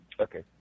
Okay